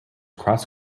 cross